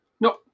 No